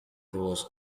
was